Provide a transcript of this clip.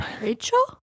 Rachel